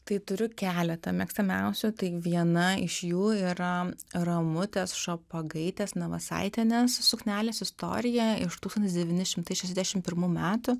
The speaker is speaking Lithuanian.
tai turiu keletą mėgstamiausių tai viena iš jų yra ramutės šopagaitės navasaitienės suknelės istorija iš tūkstantis devyni šimtai šešiasdešim pirmų metų